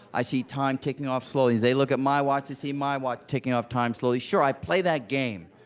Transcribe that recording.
i see time ticking off slowly. as they look at my watch, they see my watch ticking off time slowly. sure, i play that game.